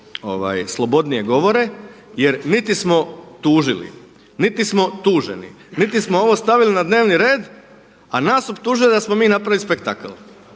slobodnije govore. Jer niti smo tužili, niti smo tuženi, niti smo ovo stavili na dnevni red a nas optužuje da smo mi napravili spektakl.